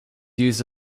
used